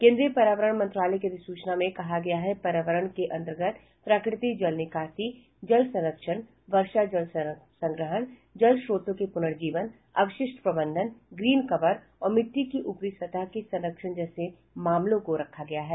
केन्द्रीय पर्यावरण मंत्रालय की अधिसूचना में कहा गया है कि पर्यावरण के अंतर्गत प्राकृतिक जल निकासी जल संरक्षण वर्षा जल संग्रहण जल स्रोतों के पुनर्जीवन अपशिष्ट प्रबंधन ग्रीन कवर और मिट्टी की ऊपरी सतह के संरक्षण जैसे मामलों को रखा गया है